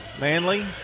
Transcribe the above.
Manley